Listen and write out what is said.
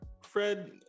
Fred